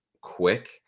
quick